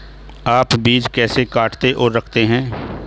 आप बीज कैसे काटते और रखते हैं?